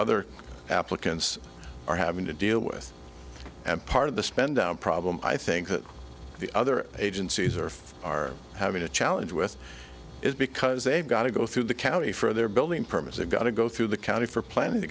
other applicants are having to deal with and part of the spend down problem i think that the other agencies are are having a challenge with is because they've got to go through the county for their building permits they've got to go through the county for planning